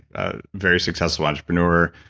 ah very successful entrepreneur,